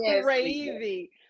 crazy